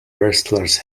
wrestlers